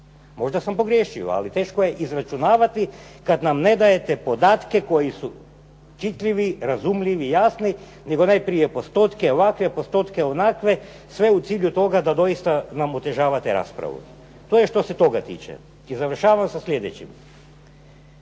Možda sam pogriješio, ali teško je izračunavati kada nam ne dajete podatke koji su čitljivi, razumljivi, jasni nego najprije postotke ovakve, postotke onakve, sve u cilju toga da nam otežavate raspravu. To je što se toga tiče. I završavam sa sljedećim.